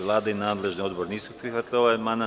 Vlada i nadležni odbor nisu prihvatili ovaj amandman.